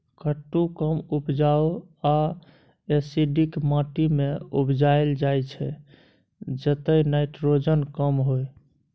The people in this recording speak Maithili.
कुट्टू कम उपजाऊ आ एसिडिक माटि मे उपजाएल जाइ छै जतय नाइट्रोजन कम होइ